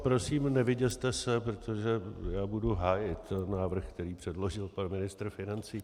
Prosím, nevyděste se, protože já budu hájit návrh, který předložil pan ministr financí.